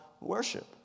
worship